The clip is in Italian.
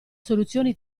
soluzioni